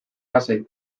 lasai